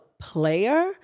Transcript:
player